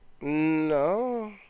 No